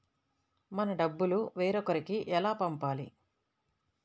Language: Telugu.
మన డబ్బులు వేరొకరికి ఎలా పంపాలి?